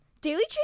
Daily